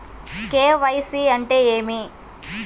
KYC అంటే ఏమి?